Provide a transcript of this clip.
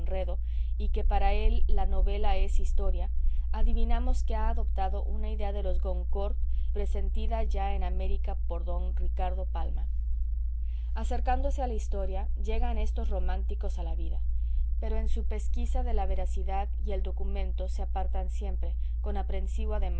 y que para él la novela es historia adivinamos que ha adoptado una idea de los goncourt presentida ya en américa por don ricardo palma acercándose a la historia llegan estos románticos a la vida pero en su pesquisa de la veracidad y el documento se apartan siempre con aprensivo